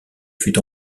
fut